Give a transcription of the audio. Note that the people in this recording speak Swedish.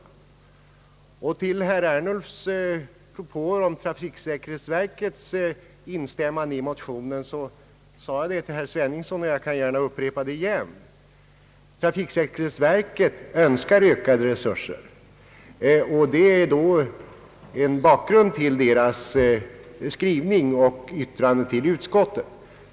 Med anledning av herr Ernulfs uttalande om trafiksäkerhetsverkets instämmande i motionerna vill jag upprepa vad jag sade till herr Sveningsson. Trafiksäkerhetsverket önskar ökade resurser, och det är bakgrunden till dess yttrande till utskottet.